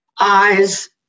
eyes